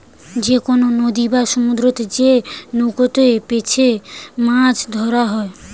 যে কোনো নদী বা সমুদ্রতে যে নৌকাতে চেপেমাছ ধরা হতিছে